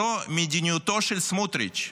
זו המדיניות של סמוטריץ'.